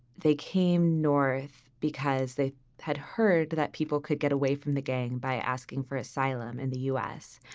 they came north because they had heard that people could get away from the gang by asking for asylum in the u s.